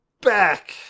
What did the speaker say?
back